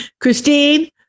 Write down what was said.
Christine